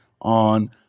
on